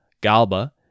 Galba